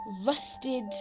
rusted